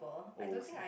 old Singapore